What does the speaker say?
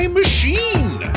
machine